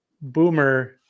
Boomer